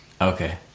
Okay